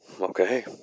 Okay